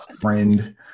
friend